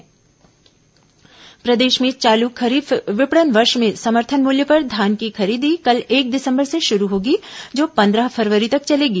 धान खरीदी प्रदेश में चालू खरीफ विपणन वर्ष में समर्थन मूल्य पर धान की खरीदी कल एक दिसंबर से शुरू होगी जो पन्द्रह फरवरी तक चलेगी